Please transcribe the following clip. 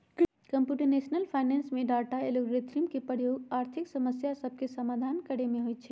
computational finance में data, algorithm के प्रयोग आर्थिक समस्या सभके समाधान करे में होइ छै